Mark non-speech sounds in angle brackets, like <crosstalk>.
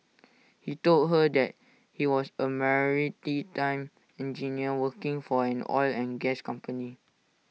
he told her that he was A <unintelligible> time engineer working for an oil and gas company